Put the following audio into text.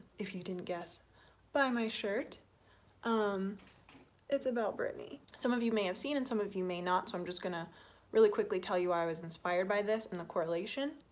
if you didn't guess by my shirt um it's about britney. some of you may have seen, and some of you may not so i'm just gonna really quickly tell you. why i was inspired by this and the correlation.